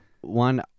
one